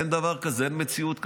אין דבר כזה, אין מציאות כזאת.